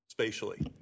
spatially